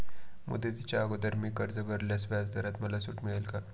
मुदतीच्या अगोदर मी कर्ज भरल्यास व्याजदरात मला सूट मिळेल का?